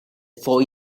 for